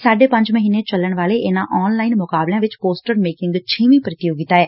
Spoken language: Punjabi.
ਸਾਢੇ ਪੰਜ ਮਹੀਨੇ ਚੱਲਣ ਵਾਲੇ ਇਨੂਾਂ ਆਲ ਲਾਈਨ ਮੁਕਾਬਲਿਆਂ ਵਿੱਚ ਪੋਸਟਰ ਮੇਕਿੰਗ ਛੇਵੀ ਪ੍ਤੀਯੋਗਤਾ ਐ